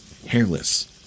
hairless